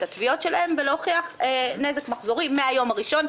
התביעות שלהם ולהוכיח נזק מחזורי מן היום הראשון,